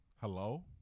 Hello